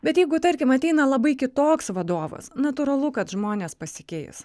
bet jeigu tarkim ateina labai kitoks vadovas natūralu kad žmonės pasikeis